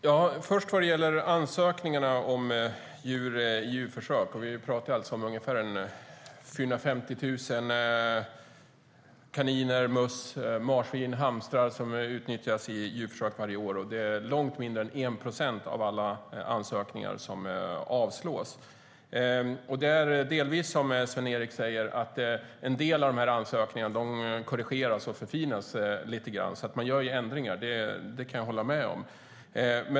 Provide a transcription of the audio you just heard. Det är delvis som Sven-Erik säger att en del av ansökningarna korrigeras och förfinas lite grann. Man gör ändringar. Det kan jag hålla med om.